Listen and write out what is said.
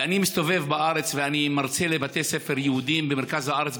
ואני מסתובב בארץ ואני מרצה בבתי ספר יהודיים במרכז הארץ.